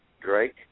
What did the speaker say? Drake